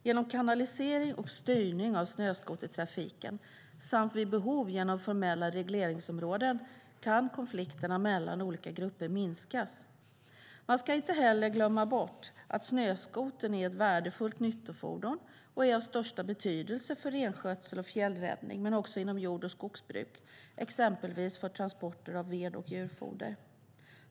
Genom kanalisering och styrning av snöskotertrafiken samt vid behov genom formella regleringsområden kan konflikterna mellan olika grupper minskas. Man ska inte heller glömma bort att snöskotern är ett värdefullt nyttofordon och att den är av största betydelse för renskötseln och fjällräddningen, men den används också inom jord och skogsbruk exempelvis för transporter av ved och djurfoder.